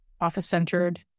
office-centered